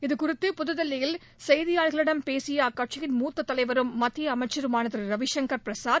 இதுகுறித்து புதுதில்லியில் செய்தியாளர்களிடம் பேசிய அக்கட்சியின் மூத்த தலைவரும் மத்திய அமைச்சருமான திரு ரவிசங்கர் பிரசாத்